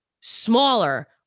smaller